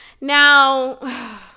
Now